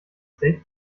steak